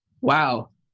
wow